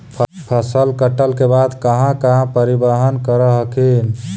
फसल कटल के बाद कहा कहा परिबहन कर हखिन?